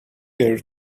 her